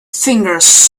fingers